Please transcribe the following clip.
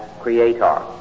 creator